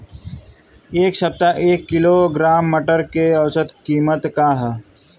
एक सप्ताह एक किलोग्राम मटर के औसत कीमत का ह?